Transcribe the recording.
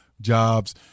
jobs